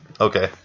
okay